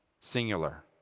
singular